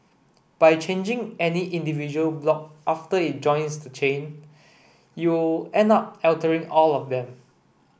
by changing any individual block after it joins the chain you'll end up altering all of them